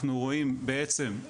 אנחנו רואים בעצם,